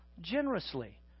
generously